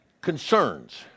concerns